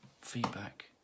feedback